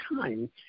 time